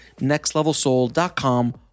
nextlevelsoul.com